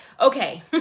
okay